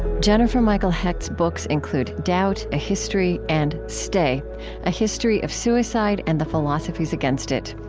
jennifer michael hecht's books include doubt a history and stay a history of suicide and the philosophies against it.